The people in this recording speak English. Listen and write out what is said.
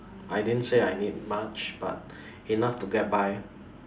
I didn't say I need much but enough to get by